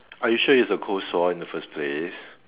are you sure its a cold sore in the first place